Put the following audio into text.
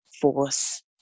force